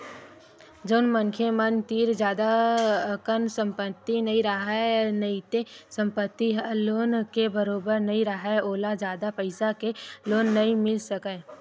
जउन मनखे मन तीर जादा अकन संपत्ति नइ राहय नइते संपत्ति ह लोन के बरोबर नइ राहय ओला जादा पइसा के लोन नइ मिल सकय